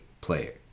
player